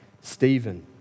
Stephen